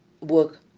work